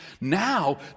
now